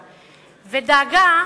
ודאגה,